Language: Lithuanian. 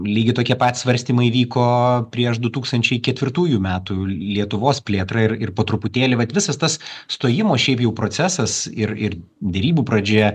lygiai tokie pat svarstymai vyko prieš du tūkstančiai ketvirtųjų metų lietuvos plėtrą ir ir po truputėlį vat visas tas stojimo šiaip jau procesas ir ir derybų pradžia